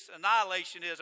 annihilationism